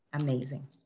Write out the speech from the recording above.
Amazing